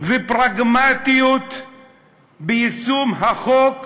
ופרגמטיות ביישום החוק,